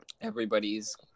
everybody's